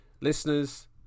Listeners